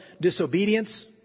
disobedience